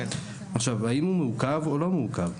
האם הוא מעוכב או לא מעוכב?